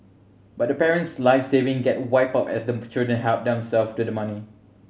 but the parent's life saving get wiped out as the children help themselves to the money